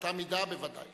באותה מידה, בוודאי.